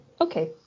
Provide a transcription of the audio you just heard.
Okay